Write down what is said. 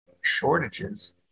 shortages